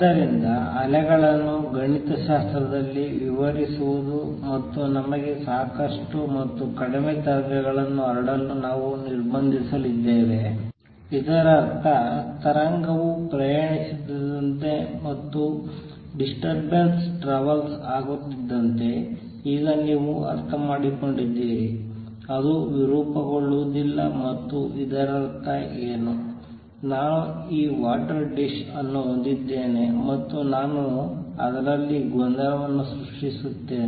ಆದ್ದರಿಂದ ಅಲೆಗಳನ್ನು ಗಣಿತಶಾಸ್ತ್ರದಲ್ಲಿ ವಿವರಿಸುವುದು ಮತ್ತು ನಮಗೆ ಸಾಕಷ್ಟು ಮತ್ತು ಕಡಿಮೆ ತರಂಗಗಳನ್ನು ಹರಡಲು ನಾವು ನಿರ್ಬಂಧಿಸಲಿದ್ದೇವೆ ಇದರರ್ಥ ತರಂಗವು ಪ್ರಯಾಣಿಸುತ್ತಿದ್ದಂತೆ ಮತ್ತು ಡಿಸ್ಟರ್ಬೆನ್ಸ್ ಟ್ರಾವೆಲ್ಸ್ ಆಗುತ್ತಿದ್ದಂತೆ ಈಗ ನೀವು ಅರ್ಥಮಾಡಿಕೊಂಡಿದ್ದೀರಿ ಅದು ವಿರೂಪಗೊಳ್ಳುವುದಿಲ್ಲ ಮತ್ತು ಇದರರ್ಥ ಎನು ನಾನು ಈ ವಾಟರ್ ಡಿಶ್ ಅನ್ನು ಹೊಂದಿದ್ದೇನೆ ಮತ್ತು ನಾನು ಅದರಲ್ಲಿ ಗೊಂದಲವನ್ನು ಸೃಷ್ಟಿಸುತ್ತೇನೆ